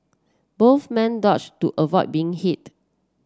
both men dodge to avoid being hit